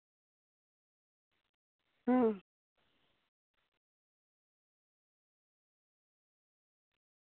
ᱦᱩᱸ